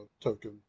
token